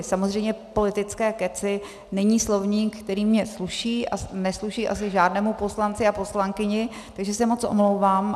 Samozřejmě politické kecy není slovník, který mně sluší, a nesluší asi žádnému poslanci a poslankyni, takže se moc omlouvám.